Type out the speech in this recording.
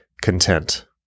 content